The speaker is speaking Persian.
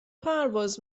پرواز